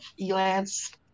Elance